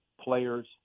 players